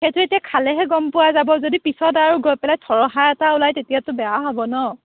সেইটো এতিয়া খালেহে গম পোৱা যাব যদি পিছত আৰু গৈ পেলাই চৰহা এটা ওলায় তেতিয়াতো বেয়া হ'ব ন'